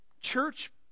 church